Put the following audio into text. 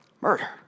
Murder